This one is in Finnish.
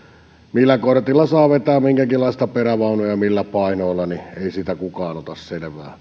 millä kortilla saa vetää minkäkinlaista perävaunua ja millä painoilla ei siitä kukaan ota selvää